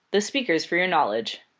the speakers for your knowledge,